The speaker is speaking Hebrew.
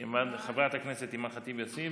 חברת הכנסת אימאן ח'טיב יאסין